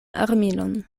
armilon